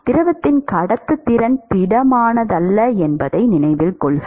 திரவத்தின் கடத்துத்திறன் திடமானதல்ல என்பதை நினைவில் கொள்க